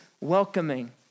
welcoming